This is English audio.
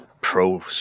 pro